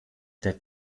der